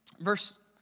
verse